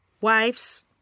wives